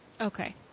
Okay